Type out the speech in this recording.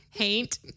Hate